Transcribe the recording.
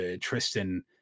Tristan